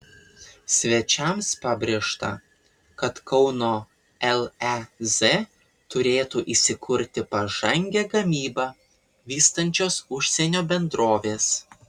svečiams pabrėžta kad kauno lez turėtų įsikurti pažangią gamybą vystančios užsienio bendrovės